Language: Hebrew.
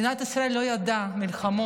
מדינת ישראל לא ידעה מלחמות,